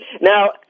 Now